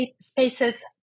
spaces